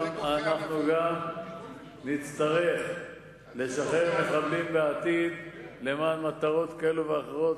אנחנו נצטרך לשחרר מחבלים גם בעתיד למען מטרות כאלו ואחרות,